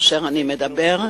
כאשר אני מדבר אל